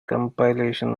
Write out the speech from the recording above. compilation